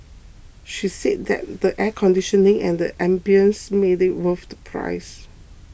she said that the air conditioning and the ambience made it worth the price